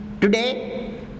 today